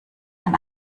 ein